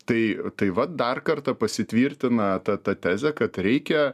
tai tai va dar kartą pasitvirtina ta ta tezė kad reikia